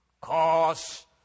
cause